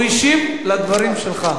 הוא השיב על הדברים שלך.